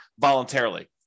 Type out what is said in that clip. voluntarily